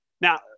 Now